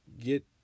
get